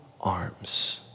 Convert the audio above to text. arms